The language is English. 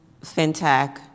fintech